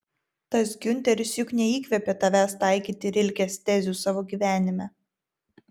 tas giunteris juk neįkvėpė tavęs taikyti rilkės tezių savo gyvenime